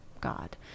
God